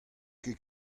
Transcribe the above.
ket